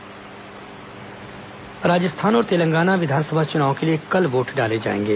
राजस्थान तेलंगाना चुनाव राजस्थान और तेलंगाना विधानसभा चुनाव के लिए कल वोट डाले जाएंगे